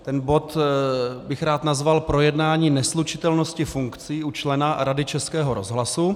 Ten bod bych rád nazval Projednání neslučitelnosti funkcí u člena Rady Českého rozhlasu.